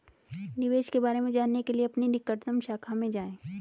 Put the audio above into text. निवेश के बारे में जानने के लिए अपनी निकटतम शाखा में जाएं